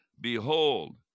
Behold